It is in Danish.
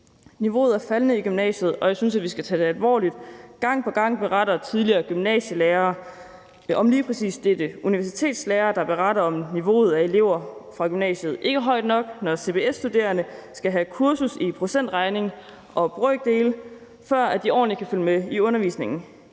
Niveauet er faldende i gymnasiet, og jeg synes, vi skal tage det alvorligt. Gang på gang beretter tidligere gymnasielærere om lige præcis dette. Universitetslærere beretter, at niveauet hos elever fra gymnasiet ikke er højt nok. CBS-studerende skal have kursus i procentregning og brøkdele, før de ordentligt kan følge med i undervisningen.